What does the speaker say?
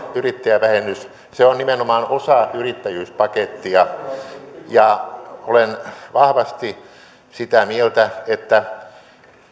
yrittäjävähennys se on nimenomaan osa yrittäjyyspakettia olen vahvasti sitä mieltä että